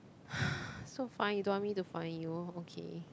so fine you don't want me to find you okay